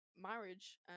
marriage